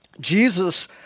Jesus